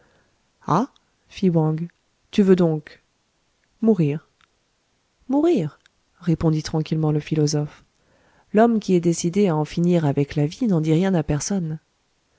wang tu veux donc mourir mourir répondit tranquillement le philosophe l'homme qui est décidé à en finir avec la vie n'en dit rien à personne